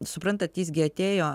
suprantat jis gi atėjo